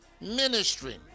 Ministry